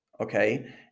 Okay